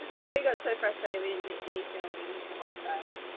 yeah, we got so frustrated, we didn't do any filming the whole sail.